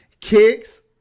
Kicks